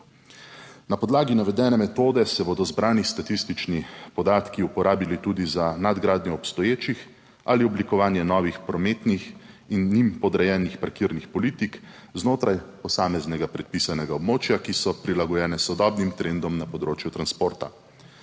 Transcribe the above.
Na podlagi navedene metode se bodo zbrani statistični podatki uporabili tudi za nadgradnjo obstoječih ali oblikovanje novih prometnih in njim podrejenih parkirnih politik znotraj posameznega predpisanega območja, ki so prilagojene sodobnim trendom na področju transporta.